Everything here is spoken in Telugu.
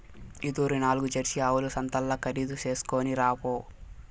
ఈ తూరి నాల్గు జెర్సీ ఆవుల సంతల్ల ఖరీదు చేస్కొని రాపో